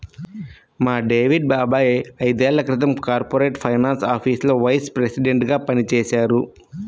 మా డేవిడ్ బాబాయ్ ఐదేళ్ళ క్రితం కార్పొరేట్ ఫైనాన్స్ ఆఫీసులో వైస్ ప్రెసిడెంట్గా పనిజేశారు